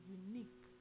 unique